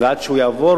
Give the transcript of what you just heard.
ועד שהוא יעבור,